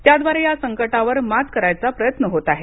त्याद्वारे या संकटावर मात करायचा प्रयत्न होत आहे